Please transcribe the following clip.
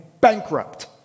bankrupt